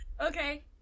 Okay